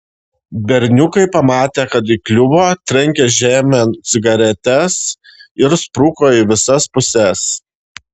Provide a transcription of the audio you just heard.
berniukai pamatę kad įkliuvo trenkė žemėn cigaretes ir spruko į visas puses